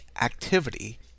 activity